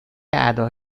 ادا